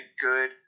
good